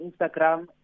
Instagram